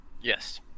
yes